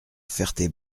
ferté